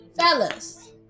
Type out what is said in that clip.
Fellas